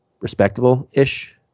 respectable-ish